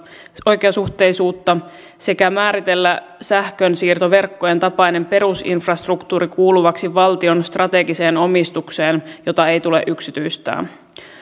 oikeasuhteisuutta sekä määritellä sähkönsiirtoverkkojen tapainen perusinfrastruktuuri kuuluvaksi valtion strategiseen omistukseen jota ei tule yksityistää